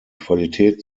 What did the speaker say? qualität